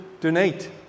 donate